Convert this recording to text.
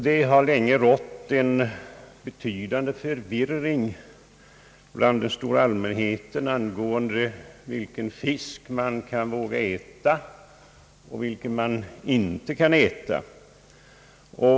Det har länge rått en betydande förvirring bland den stora allmänheten angående vilken fisk man kan våga äta och vilken man inte kan äta.